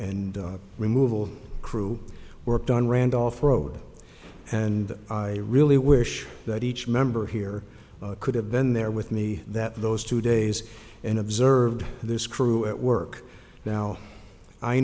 removal crew worked on randolph road and i really wish that each member here could have been there with me that those two days and observed this crew at work now i